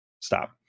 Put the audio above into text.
Stop